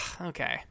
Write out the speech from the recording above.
okay